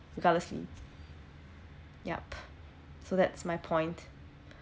regardlessly yup so that's my point